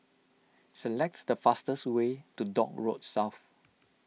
select the fastest way to Dock Road South